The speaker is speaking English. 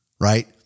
right